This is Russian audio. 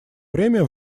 время